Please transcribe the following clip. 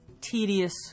tedious